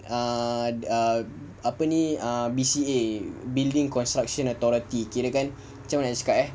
err err err apa ni err B_C_A building construction authority kirakan macam mana nak cakap eh